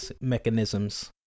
mechanisms